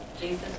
Jesus